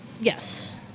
Yes